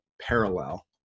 parallel